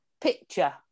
Picture